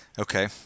okay